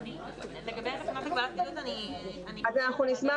לגבי התקנות להגבלת פעילות --- אז אנחנו נשמח